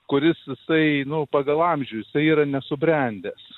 kuris jisai nu pagal amžių jisai yra nesubrendęs